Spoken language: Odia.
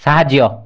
ସାହାଯ୍ୟ